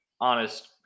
honest